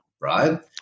right